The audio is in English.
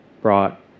brought